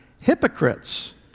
hypocrites